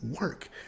Work